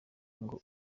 ngo